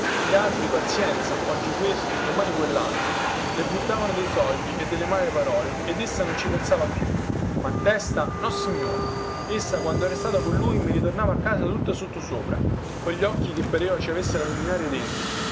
gli altri pazienza oggi questo domani quellaltro le buttavano dei soldi e delle male parole ed essa non ci pensava più ma testa nossignore essa quando era stata con lui mi ritornava a casa tutta sossopra cogli occhi che pareva ci avesse la luminaria dentro